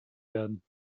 werden